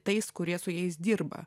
tais kurie su jais dirba